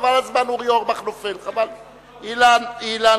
אדוני